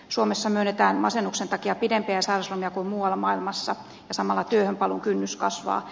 suomessa myönnetään masennuksen takia pidempiä sairaslomia kuin muualla maailmassa ja samalla työhön paluun kynnys kasvaa